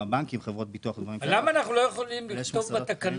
בנקים וחברות ביטוח --- למה אנחנו לא יכולים לכתוב